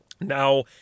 Now